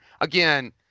Again